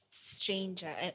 stranger